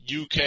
UK